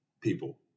people